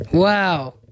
Wow